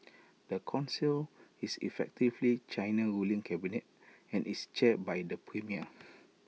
the Council is effectively China's ruling cabinet and is chaired by the premier